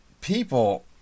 People